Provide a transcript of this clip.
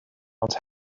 ond